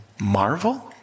marvel